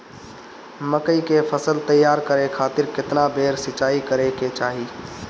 मकई के फसल तैयार करे खातीर केतना बेर सिचाई करे के चाही?